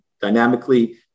dynamically